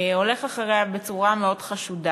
הולך אחריה בצורה מאוד חשודה.